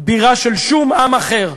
בירה של שום עם אחר.